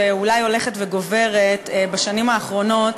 שאולי הולכת וגוברת בשנים האחרונות,